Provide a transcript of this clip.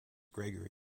gregory